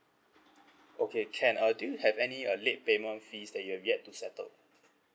okay can uh do you have any uh late payment fees that you have yet to settled